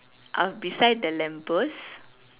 uh beside the lamp post